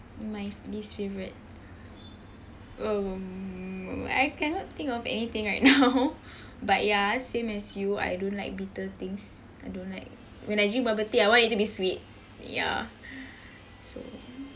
my least favourite um I cannot think of anything right now but ya same as you I don't like bitter things I don't like when I drink bubble tea I want it to be sweet ya so